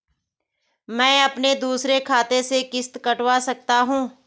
मैं अपने दूसरे खाते से किश्त कटवा सकता हूँ?